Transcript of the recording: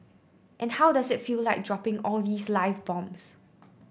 and how does it feel like dropping all these live bombs